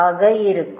ஆக இருக்கும்